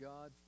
God